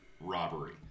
Robbery